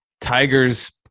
Tigers